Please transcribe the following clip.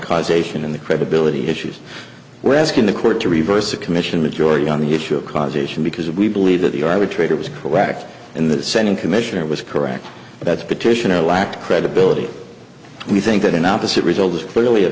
causation in the credibility issues we're asking the court to reverse the commission majority on the issue of causation because we believe that the arbitrator was correct in that setting commissioner was correct that the petitioner lacked credibility and we think that an opposite result is clearly a